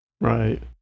Right